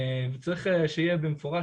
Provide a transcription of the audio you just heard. צריך שיהיה במפורש,